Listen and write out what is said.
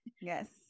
yes